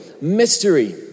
mystery